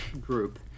group